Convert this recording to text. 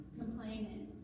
complaining